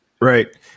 Right